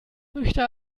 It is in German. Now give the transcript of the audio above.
möchte